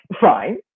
fine